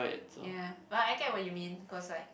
ya but I get what you mean cause like